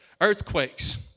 earthquakes